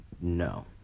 No